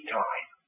time